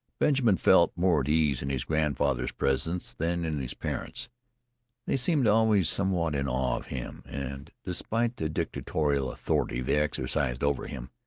benjamin felt more at ease in his grandfather's presence than in his parents' they seemed always somewhat in awe of him and, despite the dictatorial authority they exercised over him,